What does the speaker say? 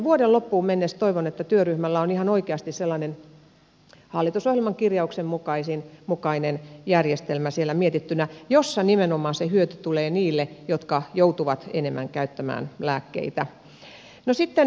vuoden loppuun mennessä toivon että työryhmällä on ihan oikeasti sellainen hallitusohjelman kirjauksen mukainen järjestelmä siellä mietittynä jossa nimenomaan se hyöty tulee niille jotka joutuvat enemmän käyttämään lääkkeitä